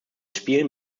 spielen